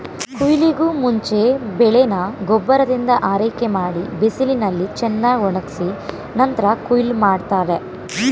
ಕುಯ್ಲಿಗೂಮುಂಚೆ ಬೆಳೆನ ಗೊಬ್ಬರದಿಂದ ಆರೈಕೆಮಾಡಿ ಬಿಸಿಲಿನಲ್ಲಿ ಚೆನ್ನಾಗ್ಒಣುಗ್ಸಿ ನಂತ್ರ ಕುಯ್ಲ್ ಮಾಡ್ತಾರೆ